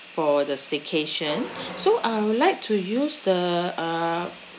for the staycation so uh I'd like to use the uh